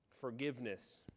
Forgiveness